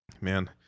Man